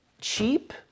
cheap